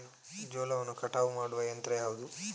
ಜೋಳವನ್ನು ಕಟಾವು ಮಾಡುವ ಯಂತ್ರ ಯಾವುದು?